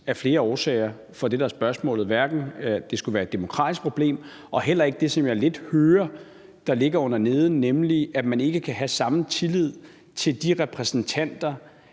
præmissen for det, der er spørgsmålet – hverken det, at det skulle være et demokratisk problem, eller det, som jeg lidt hører ligger underneden, nemlig at man ikke kan have samme tillid til, at de repræsentanter